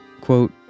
Quote